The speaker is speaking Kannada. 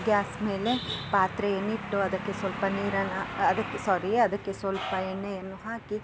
ಗ್ಯಾಸ್ ಮೇಲೆ ಪಾತ್ರೆಯನ್ನಿಟ್ಟು ಅದಕ್ಕೆ ಸ್ವಲ್ಪ ನೀರನ್ನು ಅದಕ್ಕೆ ಸ್ವಾರಿ ಅದಕ್ಕೆ ಸ್ವಲ್ಪ ಎಣ್ಣೆಯನ್ನು ಹಾಕಿ